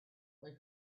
they